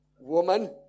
woman